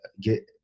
get